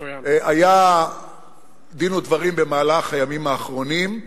היה דין-ודברים במהלך הימים האחרונים,